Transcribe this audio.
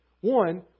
One